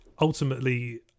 ultimately